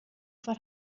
foar